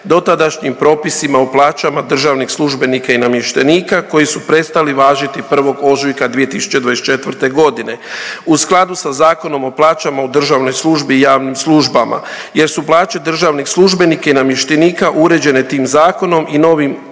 dotadašnjim propisima o plaćama državnih službenika i namještenika koji su prestali važiti 1. ožujka 2024.g. u skladu sa Zakonom o plaćama u državnoj službi i javnim službama jer su plaće državnih službenika i namještenika uređene tim zakonom i novim,